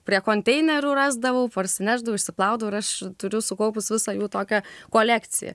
prie konteinerių rasdavau parsinešdavau išsiplaudavau ir aš turiu sukaupus visą jų tokią kolekciją